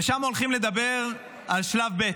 ושם הולכים לדבר על שלב ב'.